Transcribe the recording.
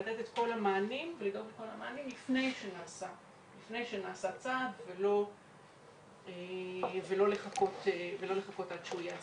לתת את כל המענים לפני שנעה צעד ולא לחכות עד שהוא ייעשה.